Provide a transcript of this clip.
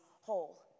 whole